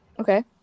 Okay